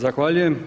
Zahvaljujem.